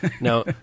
Now